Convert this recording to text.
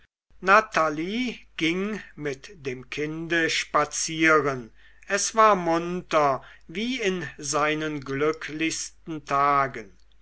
natalie ging mit dem kinde spazieren es war munter wie in seinen glücklichsten tagen